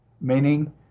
meaning